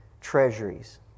treasuries